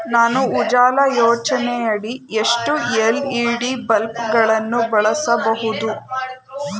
ನಾನು ಉಜಾಲ ಯೋಜನೆಯಡಿ ಎಷ್ಟು ಎಲ್.ಇ.ಡಿ ಬಲ್ಬ್ ಗಳನ್ನು ಬಳಸಬಹುದು?